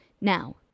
Now